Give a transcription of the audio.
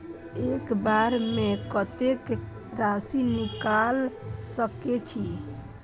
एक बार में कतेक राशि निकाल सकेछी?